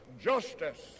justice